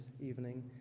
evening